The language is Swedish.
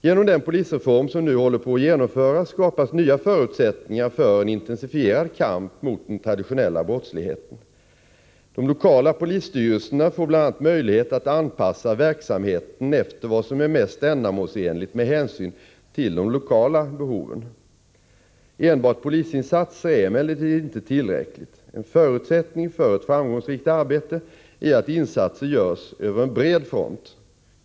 Genom den polisreform som nu håller på att genomföras skapas nya förutsättningar för en intensifierad kamp mot den traditionella brottsligheten. De lokala polisstyrelserna får bl.a. möjlighet att anpassa verksamheten efter vad som är mest ändamålsenligt med hänsyn till de lokala behoven. Enbart polisinsatser är emellertid inte tillräckligt. En förutsättning för ett framgångsrikt arbete är att insatser görs över en bred front.